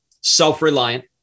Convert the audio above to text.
self-reliant